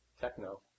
techno